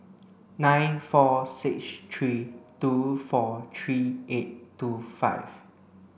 nine four six three two four three eight two five